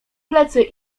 plecy